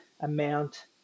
amount